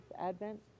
Advent